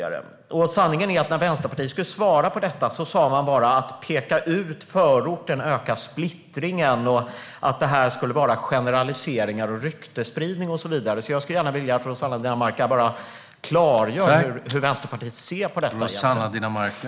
När Vänsterpartiet skulle svara på detta sa man att en utpekning av förorten ökar splittringen och att det skulle vara generaliseringar och ryktesspridning. Jag skulle vilja att Rossana Dinamarca klargör hur Vänsterpartiet ser på denna fråga egentligen.